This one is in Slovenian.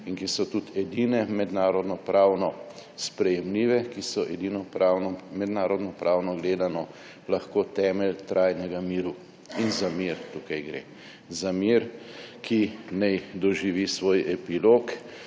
in ki so tudi edine mednarodnopravno sprejemljive, ki so edine mednarodnopravno gledano lahko temelj trajnega miru. Za mir gre tukaj. Za mir, ki naj doživi svoj epilog